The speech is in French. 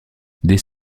des